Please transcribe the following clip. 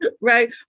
right